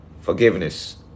forgiveness